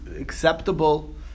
acceptable